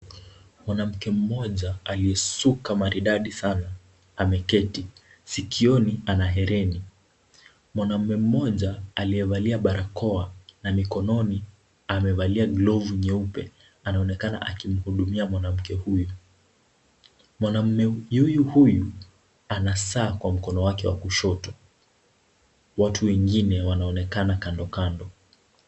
Mwanamke mmoja aliyesuka maridadi sana, ameketi. Sikioni ana hereni. Mwanamume mmoja aliyevalia barakoa na mikononi amevalia glovu nyeupe anaonekana akimhudumia mwanamke huyu. Mwanamume huyu huyu ana saa kwa mkono wake wa kushoto, watu wengine wanaonekana kandokando.